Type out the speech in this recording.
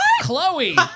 Chloe